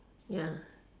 ya